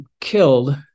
killed